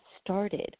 started